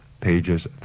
pages